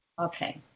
Okay